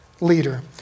leader